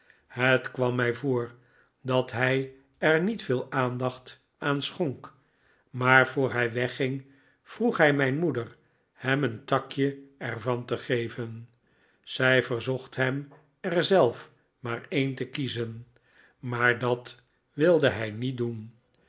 het kwam mij voor dat hij er niet veel aandacht aan schonk maar voor hij wegging vroeg hij mijn moe der hem een takje er van te geven zij verzocht hem er zelf maar een te kiezen maar dat wilde hij niet doen